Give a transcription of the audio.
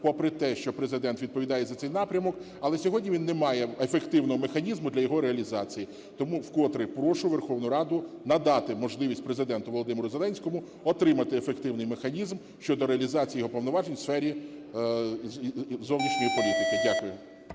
попри те, що Президент відповідає за цей напрямок, але сьогодні він не має ефективного механізму для його реалізації. Тому вкотре прошу Верховну Раду надати можливість Президенту Володимиру Зеленському отримати ефективний механізм щодо реалізації його повноважень в сфері зовнішньої політики. Дякую.